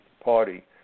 Party